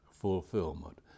fulfillment